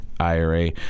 IRA